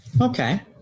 Okay